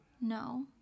No